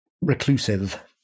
reclusive